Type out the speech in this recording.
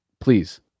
please